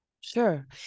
Sure